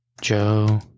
Joe